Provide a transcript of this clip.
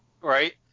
right